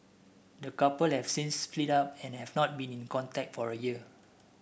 the couple have since split up and have not been in contact for a year